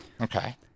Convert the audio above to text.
okay